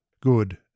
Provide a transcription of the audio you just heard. good